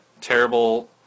terrible